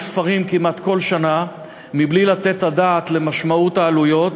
ספרים כמעט כל שנה מבלי לתת את הדעת למשמעות של זה בעלויות,